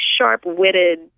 sharp-witted